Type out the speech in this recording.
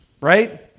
right